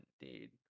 indeed